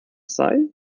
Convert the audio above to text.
sei